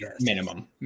minimum